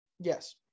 Yes